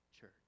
church